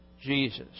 Jesus